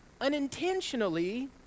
unintentionally